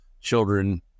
children